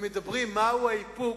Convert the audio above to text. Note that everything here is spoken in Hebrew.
הם מדברים על מהו האיפוק,